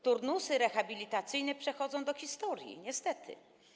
Turnusy rehabilitacyjne przechodzą do historii, niestety.